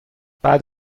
بعد